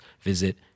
visit